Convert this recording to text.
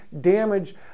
damage